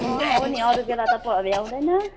अँ हो नि अरू बेला त प भ्याउँदैन